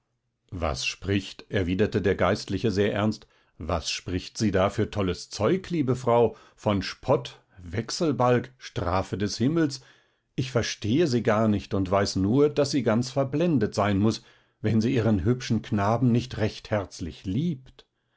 was spricht erwiderte der geistliche sehr ernst was spricht sie da für tolles zeug liebe frau von spott wechselbalg strafe des himmels ich verstehe sie gar nicht und weiß nur daß sie ganz verblendet sein muß wenn sie ihren hübschen knaben nicht recht herzlich liebt